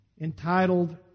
entitled